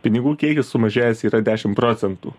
pinigų kiekis sumažėjęs yra dešimt procentų